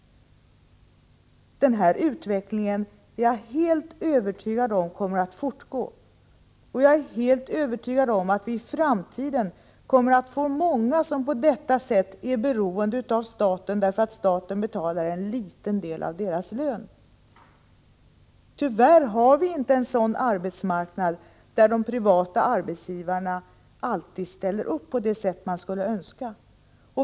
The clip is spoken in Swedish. Jag är helt övertygad om att denna utveckling kommer att fortgå och att det i framtiden kommer att vara många som på detta sätt är beroende av staten därför att staten betalar en liten del av deras lön. Tyvärr har vi inte en 113 arbetsmarknad där de privata arbetsgivarna alltid ställer upp på det sätt som man skulle önska.